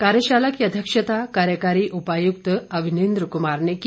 कार्यशाला की अध्यक्षता कार्यकारी उपायुक्त अवनिंद्र कुमार ने की